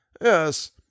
Yes